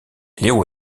leo